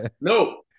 no